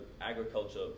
agriculture